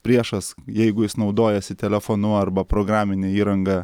priešas jeigu jis naudojasi telefonu arba programine įranga